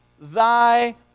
Thy